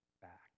back